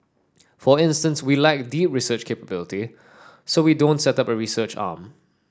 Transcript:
for instance we lack deep research capability so we don't set up a research arm